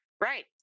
Right